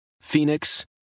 Phoenix